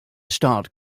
start